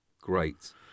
great